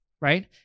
right